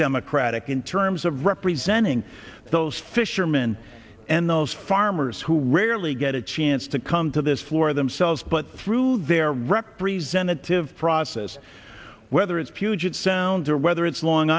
democratic in terms of representing those fishermen and those farmers who rarely get a chance to come to this floor themselves but through their representative process whether it's puget sound or whether it's long